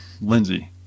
Lindsay